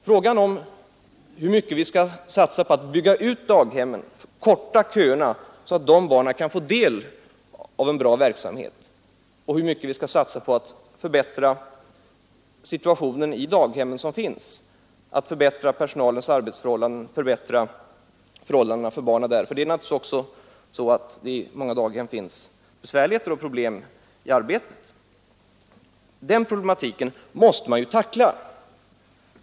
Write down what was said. Frågan om hur mycket vi skall satsa på att bygga ut daghemmen och korta köerna så att de barnen kan få del av en bra verksamhet och hur mycket vi skall satsa på att förbättra situationen i de daghem som finns och förbättra personalens arbetsförhållanden, och därmed också barnens förhållanden — för naturligtvis har man i många daghem besvärligheter och problem i arbetet — den problematiken måste vi tackla.